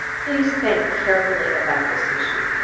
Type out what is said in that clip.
please think carefully about this issue,